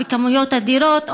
בכמויות אדירות,